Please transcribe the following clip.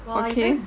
okay